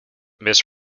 mis